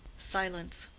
silence.